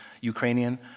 Ukrainian